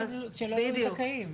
בדיוק.